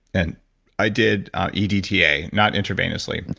and i did edta, not intravenously,